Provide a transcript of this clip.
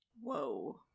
Whoa